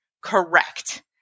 correct